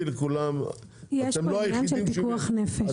יש פה עניין של פיקוח נפש.